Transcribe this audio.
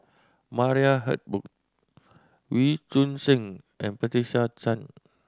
Maria Hertogh Wee Choon Seng and Patricia Chan